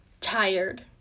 tired